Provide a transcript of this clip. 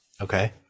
okay